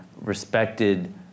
respected